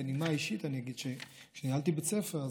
בנימה אישית אני אגיד שכשניהלתי בית ספר,